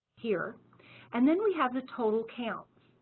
here and then we have the total count.